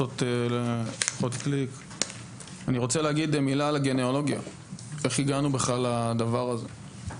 אני רוצה להגיד מילה על הגניאולוגיה ואיך הגענו בכלל לדבר הזה.